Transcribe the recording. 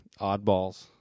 oddballs